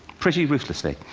pretty ruthlessly.